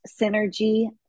synergy